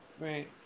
Right